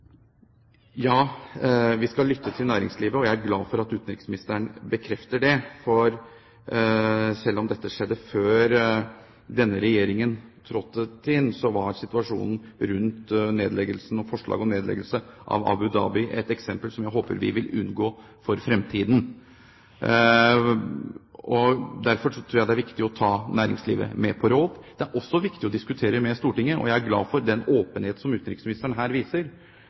Ja, vi skal lytte til næringslivet, og jeg er glad for at utenriksministeren bekrefter det. For selv om dette skjedde før denne regjeringen tiltrådte, så var situasjonen rundt nedleggelsen og forslaget om nedleggelse i Abu Dhabi et eksempel som jeg håper vi vil unngå i fremtiden. Derfor tror jeg det er viktig å ta næringslivet med på råd. Det er også viktig å diskutere med Stortinget, og jeg er glad for den åpenhet som utenriksministeren her viser.